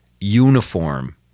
uniform